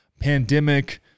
pandemic